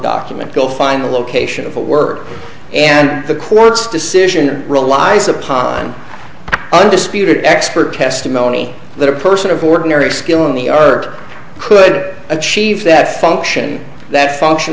document go find a location of work and the court's decision relies upon undisputed expert testimony that a person of ordinary skill in the art could achieve that function that function